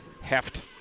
heft